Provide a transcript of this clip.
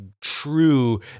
true